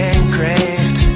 Engraved